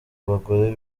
bagore